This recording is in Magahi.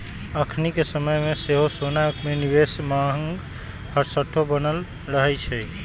अखनिके समय में सेहो सोना में निवेश के मांग हरसठ्ठो बनल रहै छइ